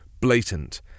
blatant